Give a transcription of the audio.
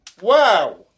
Wow